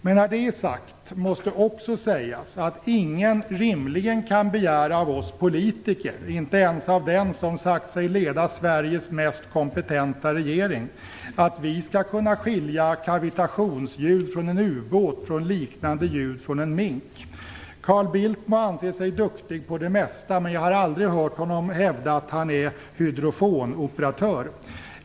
Men när detta är sagt måste det också sägas att ingen rimligen kan begära av oss politiker, inte ens av den som sagt sig leda Sveriges mest kompetenta regering, att vi skall kunna skilja kavitationsljud från en ubåt från liknande ljud från en mink. Carl Bildt må anse sig duktig på det mesta, men jag har aldrig hört honom hävda att han är hydrofonoperatör.